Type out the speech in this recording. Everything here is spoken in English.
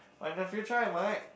or in the future I might